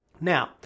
Now